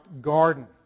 garden